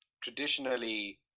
traditionally